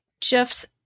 Jeff's